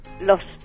lost